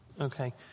Okay